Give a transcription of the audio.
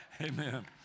Amen